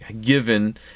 given